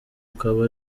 ukaba